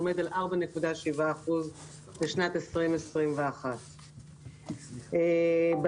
בשנת 2021 עמד על 4.7%. בצפון,